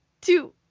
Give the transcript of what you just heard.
two